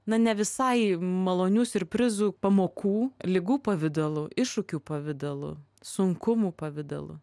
na ne visai malonių siurprizų pamokų ligų pavidalu iššūkių pavidalu sunkumų pavidalu